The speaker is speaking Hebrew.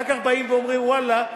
אחר כך באים ואומרים: ואללה,